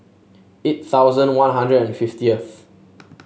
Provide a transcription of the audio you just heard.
eight thousand One Hundred and fiftieth